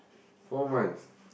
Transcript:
four months